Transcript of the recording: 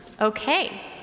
okay